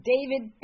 David